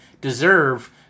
deserve